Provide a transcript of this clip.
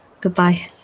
Goodbye